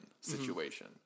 situation